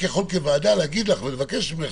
כוועדה אני יכולה לבקש ממך,